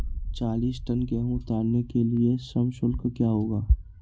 चालीस टन गेहूँ उतारने के लिए श्रम शुल्क क्या होगा?